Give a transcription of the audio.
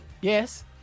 Yes